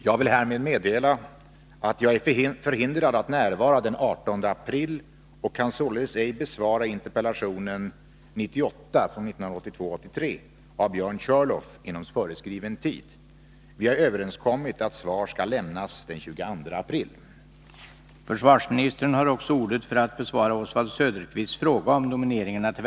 Jag vill härmed meddela att jag är förhindrad att närvara den 18 april och således ej kan besvara interpellation 1982/83:98 av Björn Körlof inom föreskriven tid. Vi har överenskommit att svar skall lämnas den 22 april.